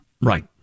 Right